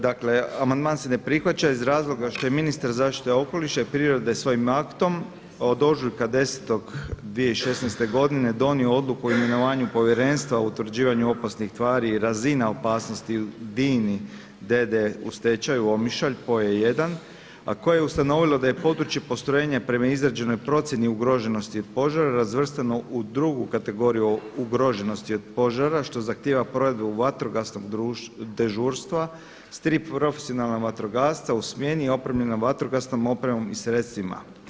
Dakle amandman se ne prihvaća iz razloga što je ministar zaštite okoliša i prirode svojim aktom od ožujka 10. 2016. godine donio Odluku o imenovanju Povjerenstva o utvrđivanju opasnih tvari i razina opasnosti u DINA-i d.d. u stečaju Omišalj PO 1 a koje je ustanovilo da je područje postrojenja prema izrađenoj procjeni ugroženosti od požara razvrstano u drugu kategoriju ugroženosti od požara što zahtjeva provedbe u vatrogasna dežurstva s tri profesionalna vatrogasca u smjeni i opremljena vatrogasnom opremom i sredstvima.